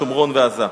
שומרון ועזה.